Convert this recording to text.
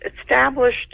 established